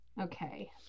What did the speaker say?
Okay